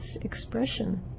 expression